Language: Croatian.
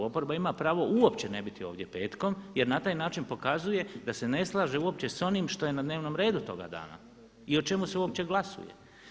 Oporba ima pravo uopće ne biti ovdje petkom jer na taj način pokazuje da se ne slaže uopće s onim što je na dnevnom redu toga dana i o čemu se uopće glasuje.